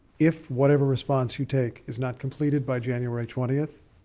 if whatever response you take is not completed by january twentieth,